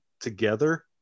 together